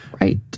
Right